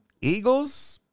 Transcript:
Eagles